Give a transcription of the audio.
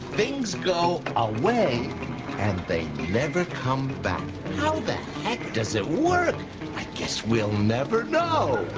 things go away and they never come back. how the heck does it work? i guess we'll never know!